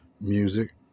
Music